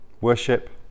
worship